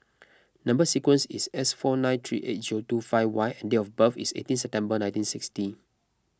Number Sequence is S four nine three eight zero two five Y and date of birth is eighteen September nineteen sixty